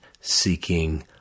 seeking